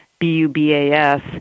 B-U-B-A-S